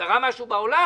קרה משהו בעולם,